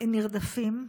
נרדפים,